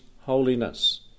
holiness